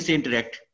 interact